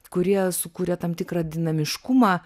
kurie sukūrė tam tikrą dinamiškumą